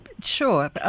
Sure